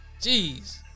Jeez